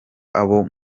abo